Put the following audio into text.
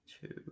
two